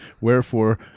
Wherefore